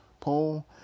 poll